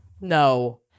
No